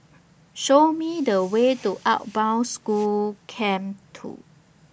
Show Me The Way to Outward Bound School Camp two